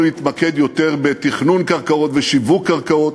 להתמקד יותר בתכנון קרקעות ושיווק קרקעות.